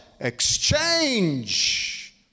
Exchange